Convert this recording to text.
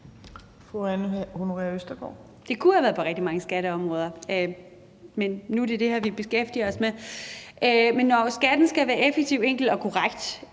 Det kunne have været på rigtig mange skatteområder, men nu er det det her, vi beskæftiger os med. Men når skatten skal være effektiv, enkel og korrekt,